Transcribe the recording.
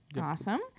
awesome